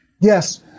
Yes